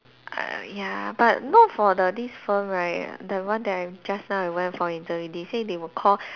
uh ya but not for the this firm right the one that I just now I went for interview they say they will call